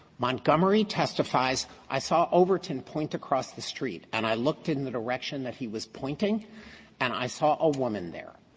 montgomery testifies, i saw overton point across the street, and i looked in the direction that he was pointing and i saw a woman there.